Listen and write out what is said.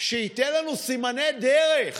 שייתן לנו סימני דרך.